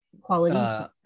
qualities